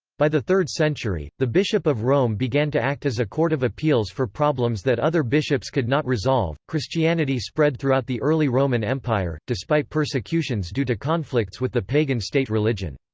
by the third century, the bishop of rome began to act as a court of appeals for problems that other bishops could not resolve christianity spread throughout the early roman empire, despite persecutions due to conflicts with the pagan state religion.